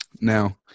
Now